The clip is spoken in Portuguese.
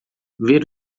ver